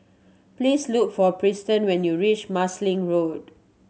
please look for Preston when you reach Marsiling Road